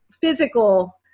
physical